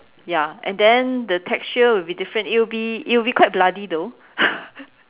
ya and then the texture will be different it will be it will be quite bloody though